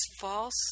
false